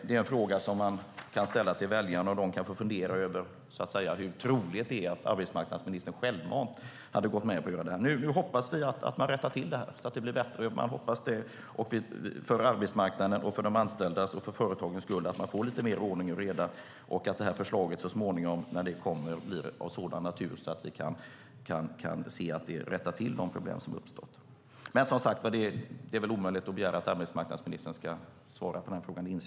Den frågan kan ställas till väljarna som får fundera över hur troligt det är att arbetsmarknadsministern självmant hade gått med på att göra det här. Vi hoppas att man rättar till det hela så att det blir bättre. För arbetsmarknadens, för de anställdas och för företagens skull hoppas man att det blir lite mer ordning och reda och att regeringens förslag, när det så småningom kommer, är av sådan natur att vi kan se att det rättas till avseende de problem som uppstått. Det är väl, som sagt, omöjligt att begära att arbetsmarknadsministern svarar på min fråga.